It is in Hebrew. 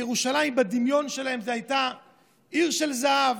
ירושלים בדמיון שלהם הייתה עיר של זהב,